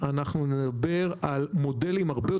אנחנו יודעים בנקודת הזמן הזאת שזה מה שאנחנו